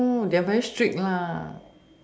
they are very strict